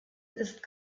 ist